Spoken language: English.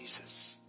Jesus